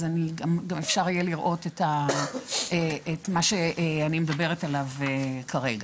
גם אפשר יהיה לראות את מה שאני מדברת עליו כרגע.